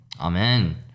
Amen